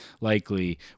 likely